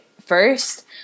first